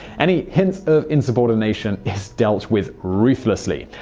any hint of insubordination is dealt with ruthlessly.